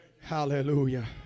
Hallelujah